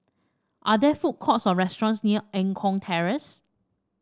are there food courts or restaurants near Eng Kong Terrace